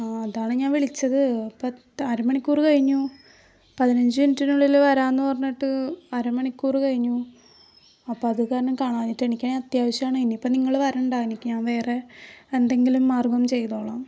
അതാണ് ഞാൻ വിളിച്ചത് ഇപ്പം അരമണിക്കൂറ് കഴിഞ്ഞു പതിനഞ്ച് മിനിറ്റിനുള്ളിൽ വരാന്ന് പറഞ്ഞിട്ട് അര മണിക്കൂറ് കഴിഞ്ഞു അപ്പം അത് കാരണം കാണാഞ്ഞിട്ട് എനിക്കാണെ അത്യാവശ്യമാണ് ഇനിയിപ്പം നിങ്ങൾ വരണ്ട എനിക്ക് ഞാൻ വേറെ എന്തെങ്കിലും മാർഗ്ഗം ചെയ്തോളാം